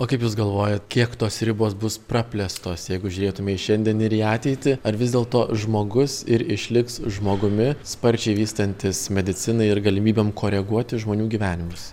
o kaip jūs galvojat kiek tos ribos bus praplėstos jeigu žiūrėtumėm į šiandien ir į ateitį ar vis dėlto žmogus ir išliks žmogumi sparčiai vystantis medicinai ir galimybėm koreguoti žmonių gyvenimus